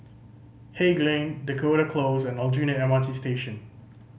Haig Lane Dakota Close and Aljunied M R T Station